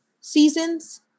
seasons